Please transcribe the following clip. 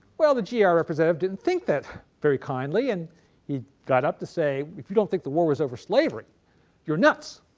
well the gar representative didn't think that very kindly and he got up to say if you don't think the war was over slavery you are nuts!